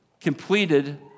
completed